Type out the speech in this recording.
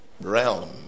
realm